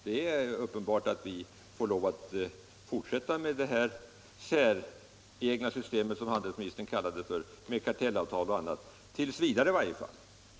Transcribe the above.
Det är uppenbart att vi får fortsätta med det här säregna systemet, som handelsministern kallade det, med kartellavtal och annat — i varje fall tills vidare.